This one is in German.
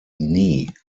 nie